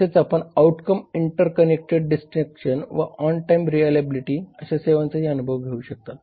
तसेच आपण outcome interconnected destination व ऑन टाईम रिलायबिलिटी अशा सेवांचाही अनुभव घेऊ शकतात